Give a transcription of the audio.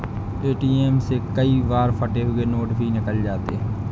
ATM से कई बार फटे हुए नोट भी निकल जाते हैं